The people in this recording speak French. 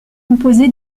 composé